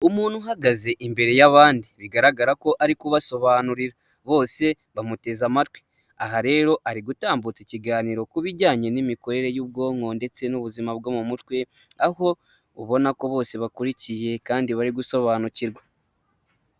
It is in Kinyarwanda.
Umuntu uhagaze imbere y'abandi bigaragara ko ari kubasobanurira, bose bamuteze amatwi, aha rero ari gutambutsa ikiganiro ku bijyanye n'imikorere y'ubwonko ndetse n'ubuzima bwo mu mutwe, aho ubona ko bose bakurikiye kandi bari gusobanukirwa.